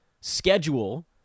schedule